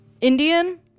Indian